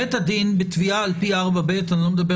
בית הדין בתביעה על פי 4ב אני לא מדבר